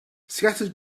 scattered